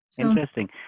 Interesting